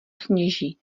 sněží